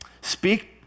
Speak